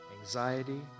anxiety